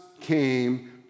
came